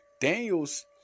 Daniels